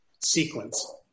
sequence